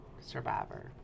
survivor